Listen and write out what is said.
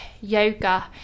yoga